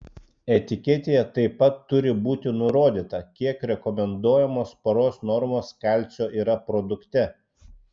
etiketėje taip pat turi būti nurodyta kiek rekomenduojamos paros normos kalcio yra produkte